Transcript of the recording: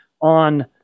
on